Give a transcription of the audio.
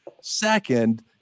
Second